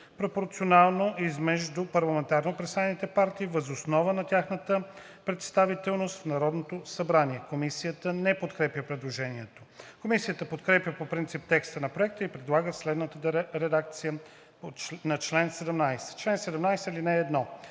пропорционално измежду парламентарно представените партии въз основа на тяхната представителност в Народното събрание.“ Комисията не подкрепя предложението. Комисията подкрепя по принцип текста на Проекта и предлага следната редакция на чл. 17: „Чл. 17. (1) Всеки